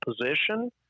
position